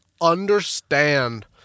understand